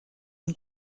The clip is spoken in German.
und